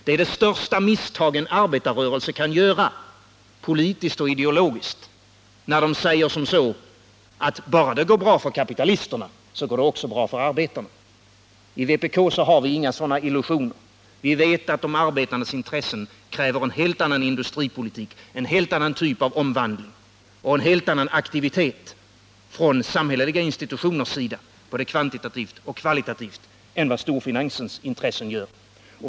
Det största misstag en arbetarrörelse kan göra, politiskt och ideologiskt, är när den säger: Bara det går bra för kapitalisterna går det också bra för arbetarna. I vpk har vi inga sådana illusioner. Vi vet att de arbetandes intressen kräver en helt annan industripolitik, en helt annan typ av omvandling och en helt annan aktivitet från samhälleliga institutioners sida — både kvantitativt och kvalitativt — än vad storfinansens intressen gör.